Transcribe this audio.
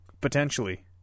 Potentially